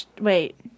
Wait